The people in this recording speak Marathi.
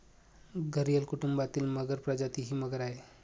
घरियल कुटुंबातील मगर प्रजाती ही मगर आहे